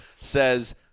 says